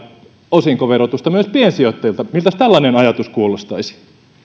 osinkoverotusta myös piensijoittajilta kuulostaisi